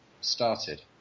started